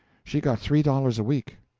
she got three dollars a week,